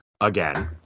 again